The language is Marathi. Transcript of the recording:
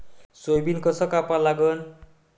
सोयाबीन कस कापा लागन?